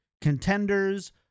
contenders